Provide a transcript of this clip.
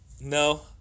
No